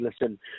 listen